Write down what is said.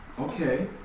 Okay